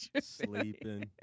Sleeping